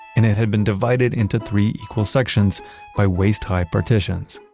and it had been divided into three equal sections by waist-high partitions.